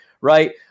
right